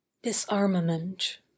Disarmament